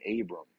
Abram